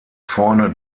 vorne